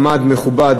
פחות